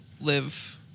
live